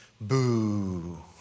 Boo